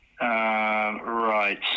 Right